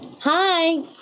Hi